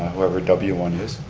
whoever w one is.